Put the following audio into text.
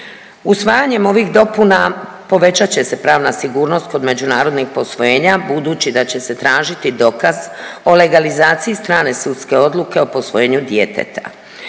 Usvajanjem ovih dopuna povećat će se pravna sigurnost kod međunarodnih posvojenja budući da će se tražiti dokaz o legalizaciji strane sudske odluke o posvojenju djeteta